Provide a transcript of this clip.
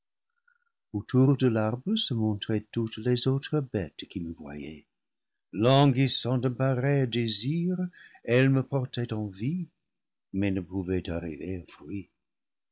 autour de l'arbre se montraient toutes les autres bêtes qui me voyaient languissant d'un pareil désir elles me portaient envie mais ne pouvaient arriver au fruit